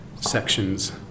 sections